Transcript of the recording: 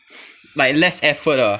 like less effort ah